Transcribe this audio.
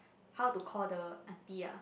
how to call the aunty ah